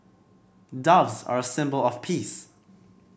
doves are a symbol of peace